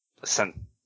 Listen